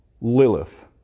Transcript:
Lilith